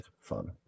fun